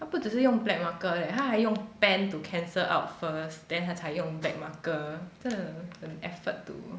他不只是用 black marker leh 他还用 pen to cancel out first then 他才用 black marker 真的很 effort to